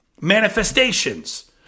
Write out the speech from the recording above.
manifestations